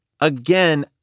again